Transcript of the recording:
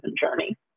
journey